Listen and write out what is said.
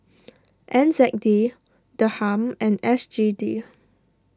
N Z D Dirham and S G D